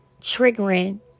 triggering